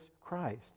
Christ